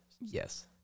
yes